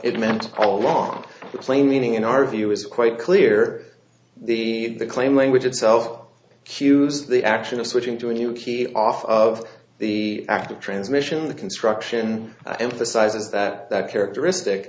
it meant all along the plain meaning in our view is quite clear the claim language itself cues the action of switching to a new key off of the active transmission the construction emphasizes that that characteristic